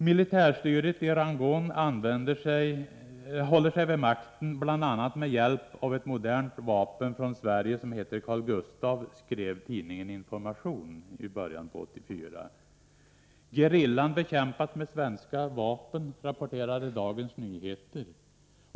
”Militärstyret i Rangoon håller sig vid makten bl.a. med hjälp av ett modernt vapen från Sverige, som heter Carl Gustaf”, skrev tidningen Information i början av 1984. ”Gerillan bekämpas med svenska vapen”, rapporterade Dagens Nyheter.